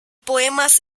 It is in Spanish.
poemas